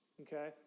Okay